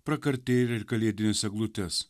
prakartėlę ir kalėdines eglutes